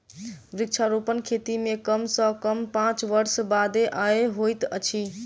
वृक्षारोपण खेती मे कम सॅ कम पांच वर्ष बादे आय होइत अछि